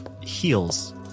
heels